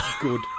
good